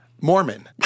Mormon